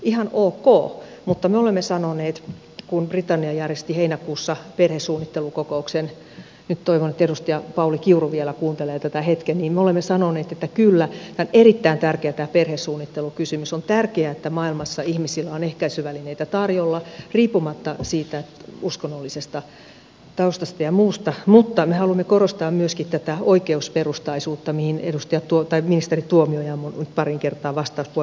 ihan ok mutta me olemme sanoneet kun britannia järjesti heinäkuussa perhesuunnittelukokouksen nyt toivon että edustaja pauli kiuru vielä kuuntelee tätä hetken että kyllä tämä on erittäin tärkeä tämä perhesuunnittelukysymys on tärkeää että maailmassa ihmisillä on ehkäisyvälineitä tarjolla riippumatta siitä uskonnollisesta taustasta ja muusta mutta me haluamme korostaa myöskin tätä oikeusperustaisuutta mihin ministeri tuomioja on pariin kertaan vastauspuheenvuoroissaan viitannut